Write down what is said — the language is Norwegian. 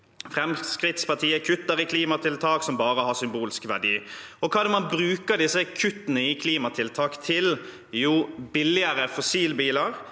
Fremskrittspartiet kutter i klimatiltak som bare har symbolsk verdi. Hva er det man bruker disse kuttene i klimatiltak til? Jo, billigere fossilbiler,